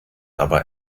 aber